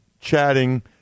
chatting